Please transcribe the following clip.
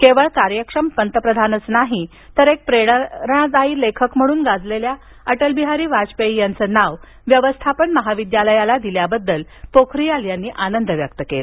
केवळ कार्यक्षम पंतप्रधानच नाही तर एक प्रेरणादायी लेखक म्हणून गाजलेल्या अटलबिहारी वाजपेयी यांच नाव व्यवस्थापन महाविद्यालयाला दिल्याबद्दल पोखरियाल यांनी आनंद व्यक्त केला